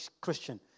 Christian